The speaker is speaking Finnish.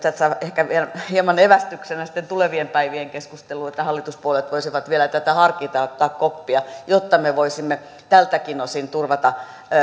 ehkä vielä hieman evästyksenä tulevien päivien keskusteluun että hallituspuolueet voisivat vielä tätä harkita ja ottaa koppia jotta me voisimme tältäkin osin turvata